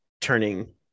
turning